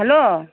hello